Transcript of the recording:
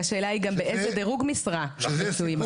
והשאלה היא גם באיזה דירוג משרה מצויים.